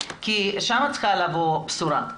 כי משם צריכה לבוא הבשורה.